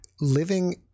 living